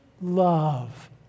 love